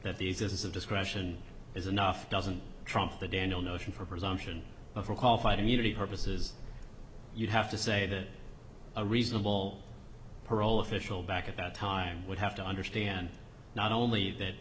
that these is of discretion is enough doesn't trump the daniel notion for presumption of qualified immunity purposes you'd have to say that a reasonable parole official back at that time would have to understand not only that